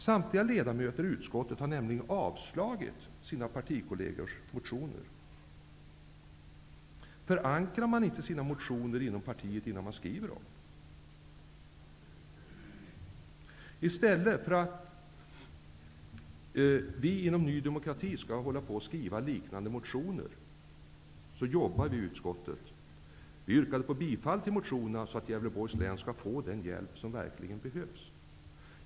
Samtliga ledamöter i utskottet har nämligen avstyrkt sina partikollegers motioner. Förankrar man inte sina motioner inom partiet innan man väcker dem? I stället för att vi inom Ny demokrati skall väcka liknande motioner, arbetar vi i utskottet. Vi yrkade bifall till motionerna för att Gävleborgs län skall få den hjälp som verkligen behövs.